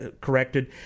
corrected